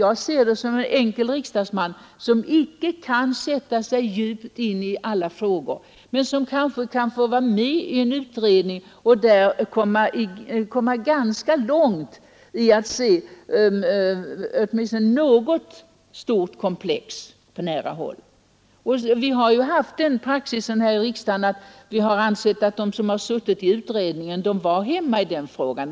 Jag ser det i stället från synpunkten av en enkel riksdagsman, som inte kan sätta sig djupt in i alla frågor, men som kanske kan uppleva det som positivt att få vara med i en utredning och där få se åtminstone något stort komplex på nära håll. Vi har haft sådan praxis här i riksdagen att vi har ansett att de som har suttit i en utredning var hemma i den aktuella frågan.